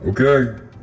Okay